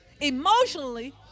emotionally